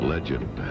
Legend